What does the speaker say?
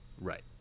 Right